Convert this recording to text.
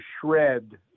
shred